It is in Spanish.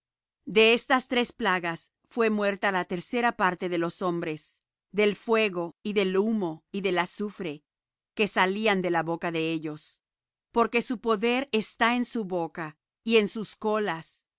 de estas tres plagas fué muerta la tercera parte de los hombres del fuego y del humo y del azufre que salían de la boca de ellos porque su poder está en su boca y en sus colas